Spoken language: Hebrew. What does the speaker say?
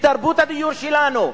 בתרבות הדיור שלנו?